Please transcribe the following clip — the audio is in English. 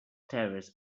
terrace